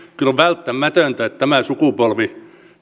kyllä on välttämätöntä että tämä sukupolvi